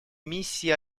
миссии